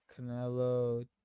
Canelo